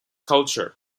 culture